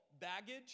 baggage